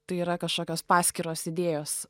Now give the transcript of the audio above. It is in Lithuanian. tai yra kašokios paskiros idėjos